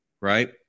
right